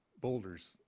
boulders